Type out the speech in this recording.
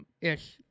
ish